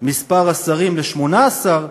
מספר השרים ל-18,